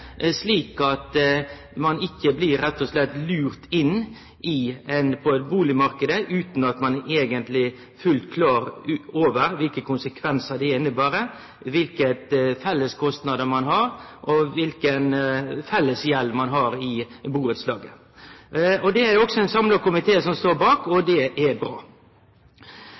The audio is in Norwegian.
slik at ein rett og slett ikkje blir lurt inn på bustadmarknaden utan at ein eigentleg er fullt klar over kva for konsekvensar det får, kva for felleskostnader ein har, og kva for fellesgjeld ein har i burettslaget. Det er det også ein samla komité som står bak, og det er bra.